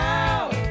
out